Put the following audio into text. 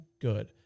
good